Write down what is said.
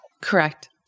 correct